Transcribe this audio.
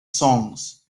songs